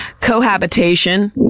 Cohabitation